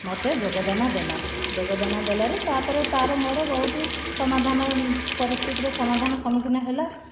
ମୋତେ ଯୋଗଦାନ ଦେଲା ଯୋଗଦାନ ଦେଲାରୁ ତା'ପରେ ତା'ର ମୋର ବହୁତ ସମାଧାନ ପରିସ୍ଥିତିର ସମାଧାନ ସମ୍ମୁଖୀନ ହେଲା